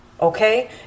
Okay